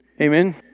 Amen